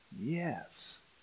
yes